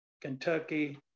Kentucky